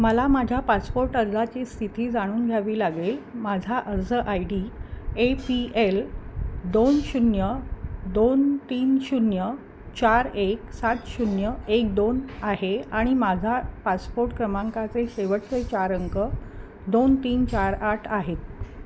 मला माझ्या पासपोर्ट अर्जाची स्थिती जाणून घ्यावी लागेल माझा अर्ज I D A P L दोन शून्य दोन तीन शून्य चार एक सात शून्य एक दोन आहे आणि माझा पासपोर्ट क्रमांकाचे शेवटचे चार अंक दोन तीन चार आठ आहेत